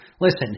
Listen